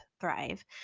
thrive